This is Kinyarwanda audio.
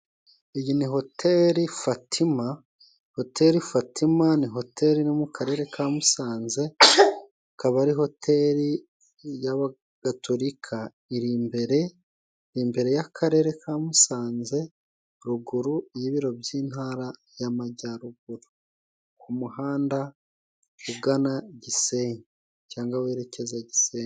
Iyi ni hoteri Fatima, hoteri Fatima ni hoteri iri mu karere ka Musanze, ikaba ari hoteri y'abagatolika iri imbere imbere y'akarere ka Musanze, ruguru y'ibiro by'intara y'amajyaruguru ku muhanda ugana Gisenyi cyanga werekeza Gisenyi.